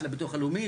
של הביטוח הלאומי?